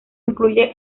incluye